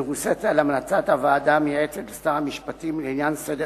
מבוססת על המלצות הוועדה המייעצת לשר המשפטים לעניין סדר